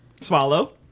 Swallow